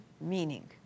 meaning